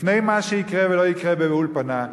לפני מה שיקרה ולא יקרה באולפנה,